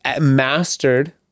mastered